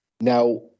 Now